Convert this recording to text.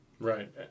Right